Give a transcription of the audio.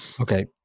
Okay